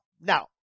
Now